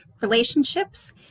relationships